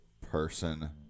person